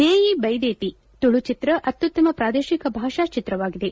ದೇಯಿ ಬೈದೇತಿ ತುಳು ಚಿತ್ರ ಅತ್ನುತ್ತಮ ಪ್ರಾದೇಶಿಕ ಭಾಷಾ ಚಿತ್ರವಾಗಿದೆ